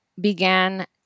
began